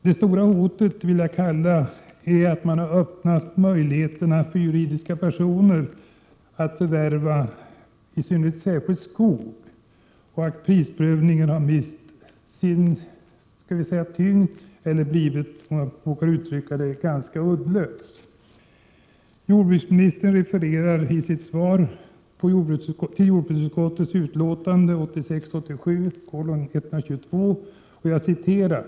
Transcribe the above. Vad jag vill kalla det stora hotet är att man har öppnat möjligheter för juridiska personer att förvärva i synnerhet skog, och att prisprövningen har mist sin tyngd eller blivit, om jag så får uttrycka det, ganska uddlös. Jordbruksministern hänvisar i sitt svar till att jordbruksutskottet delade regeringens förslag i proposition 1986/87:122.